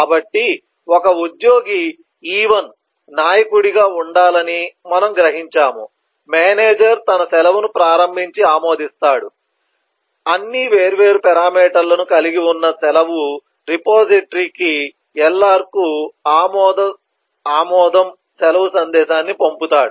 కాబట్టి ఒక ఉద్యోగి E1 నాయకుడిగా ఉండాలని మనము గ్రహించాము మేనేజర్ తన సెలవును ప్రారంభించి ఆమోదిస్తాడు అన్ని వేర్వేరు పేరామీటర్లు ను కలిగి ఉన్న సెలవు రిపోజిటరీకి LR కు ఆమోదం సెలవు సందేశాన్ని పంపుతాడు